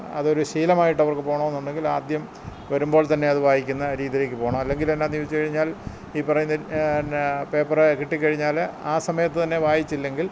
അതൊരു ശീലമായിട്ടവർക്ക് പോകണം എന്നുണ്ടെങ്കിൽ ആദ്യം വരുമ്പോൾ തന്നെ അത് വായിക്കുന്ന രീതിയിലേക്ക് പോകണം അല്ലെങ്കിലെന്നാന്ന് ചോദിച്ചു കഴിഞ്ഞാൽ ഈ പറയുന്ന പിന്നെ പേപ്പറൊക്കെ കിട്ടികഴിഞ്ഞാൽ ആ സമയത്ത് തന്നെ വായിച്ചില്ലെങ്കിൽ